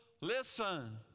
listen